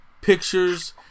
pictures